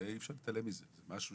אי אפשר להתעלם מזה, זה משהו